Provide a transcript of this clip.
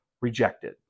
rejected